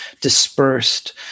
dispersed